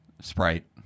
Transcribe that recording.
Sprite